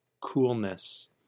coolness